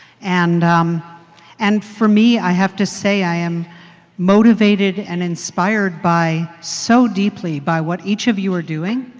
and and for me, i have to say, i am motivated and inspired by so deeply by what each of you are doing.